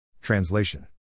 Translation